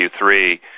Q3